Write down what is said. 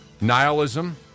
nihilism